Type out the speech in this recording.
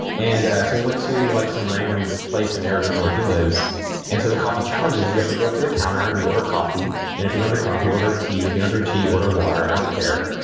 and so we went to like some random place in arizona where he lives and so the coffee challenge is you have to go up to the counter and you order coffee and if you don't drink coffee order tea if you don't drink tea, order water. i don't care.